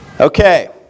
Okay